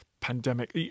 pandemic